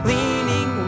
Leaning